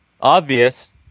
obvious